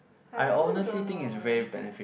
I also don't know